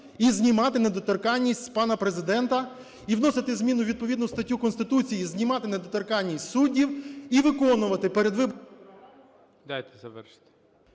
Дайте завершити.